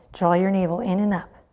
draw your navel in and up.